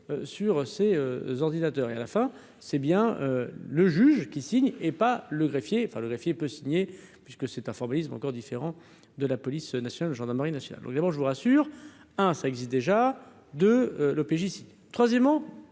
sur ces ordinateurs et à la fin, c'est bien le juge qui signe et pas le greffier enfin le greffier peut signer puisque c'est un formalisme encore différent de la police nationale et gendarmerie nationale au Gabon, je vous rassure, hein, ça existe déjà de l'OPJ si troisièmement,